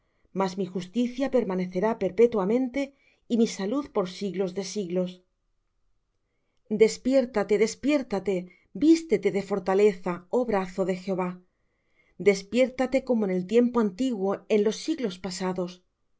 mas mi justicia permanecerá perpetuamente y mi salud por siglos de siglos despiértate despiértate vístete de fortaleza oh brazo de jehová despiértate como en el tiempo antiguo en los siglos pasados